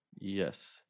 Yes